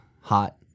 hot